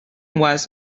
was